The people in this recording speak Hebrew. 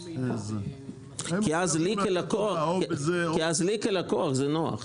כי אז לי כלקוח זה נוח.